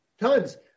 tons